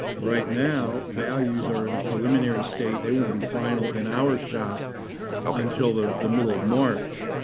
right now, values are in a preliminary state. they won't be final in our shop um until the the middle of march.